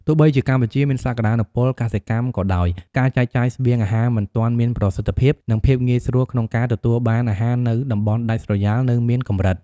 ទោះបីជាកម្ពុជាមានសក្តានុពលកសិកម្មក៏ដោយ ការចែកចាយស្បៀងអាហារមិនទាន់មានប្រសិទ្ធភាព និងភាពងាយស្រួលក្នុងការទទួលបានអាហារនៅតំបន់ដាច់ស្រយាលនៅមានកម្រិត។